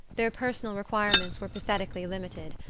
their personal requirements were pathetically limited,